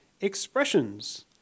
expressions